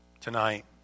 tonight